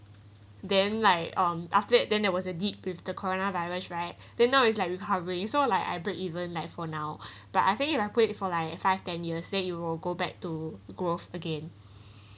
then like um after that then there was a dip with the coronavirus right then now is like recovery so like I break even like for now but I think if I quit for like five ten years then you will go back to growth again